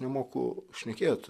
nemoku šnekėt